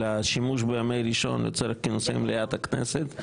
של שימוש בימי ראשון לצורך כינוסי מליאת הכנסת,